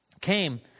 came